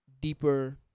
deeper